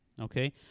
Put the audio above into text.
Okay